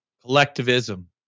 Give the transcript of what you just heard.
collectivism